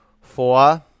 Four